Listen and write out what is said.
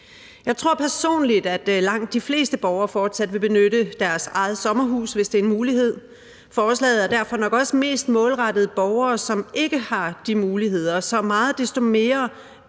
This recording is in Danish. Jeg tror personligt, at langt de fleste borgere fortsat vil benytte deres eget sommerhus, hvis det er en mulighed. Forslaget er derfor nok også mest målrettet borgere, som ikke har de muligheder. Så meget desto mere